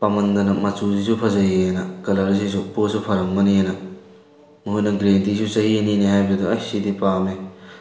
ꯄꯥꯝꯃꯟꯗꯅ ꯃꯆꯨꯁꯤꯁꯨ ꯐꯖꯩꯌꯦꯅ ꯀꯂꯔꯁꯤꯁꯨ ꯄꯣꯠꯁꯨ ꯐꯔꯝꯒꯅꯤꯅ ꯃꯈꯣꯏꯅ ꯒꯔꯦꯟꯇꯤꯁꯨ ꯆꯍꯤ ꯑꯅꯤꯅꯤ ꯍꯥꯏꯕꯗꯨꯗ ꯑꯩꯁ ꯁꯤꯗꯤ ꯄꯥꯝꯃꯦ